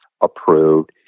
approved